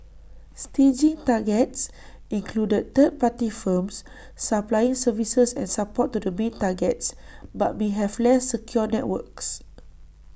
staging targets included third party firms supplying services and support to the main targets but may have less secure networks